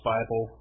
Bible